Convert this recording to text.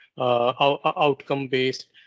outcome-based